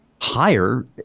higher